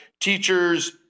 teachers